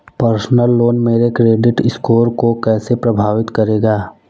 Personal loan मेरे credit score को कैसे प्रभावित करेगा?